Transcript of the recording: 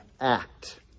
act